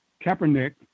Kaepernick